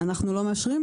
אנחנו לא מאשרים,